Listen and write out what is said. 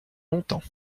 longtemps